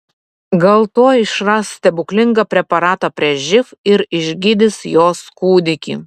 gal tuoj išras stebuklingą preparatą prieš živ ir išgydys jos kūdikį